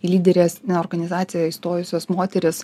lyderės ne organizaciją įstojusios moterys